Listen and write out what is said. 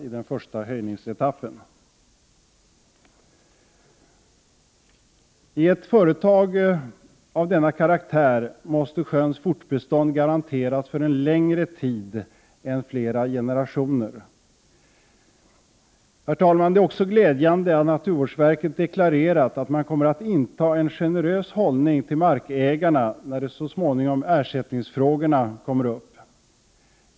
I ett företag av denna karaktär måste sjöns fortbestånd garanteras för en längre tid än flera generationer. Det är också glädjande att naturvårdsverket deklarerat att man kommer att inta en generös hållning till markägarna när så småningom ersättningsfrågorna kommer upp.